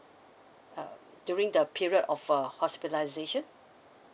uh during the period of uh hospitalization